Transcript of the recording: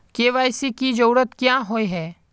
KYC की जरूरत क्याँ होय है?